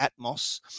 Atmos